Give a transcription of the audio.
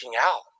out